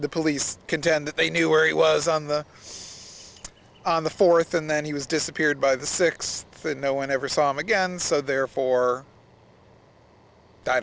the police contend that they knew where he was on the on the fourth and then he was disappeared by the sixth and no one ever saw him again so therefore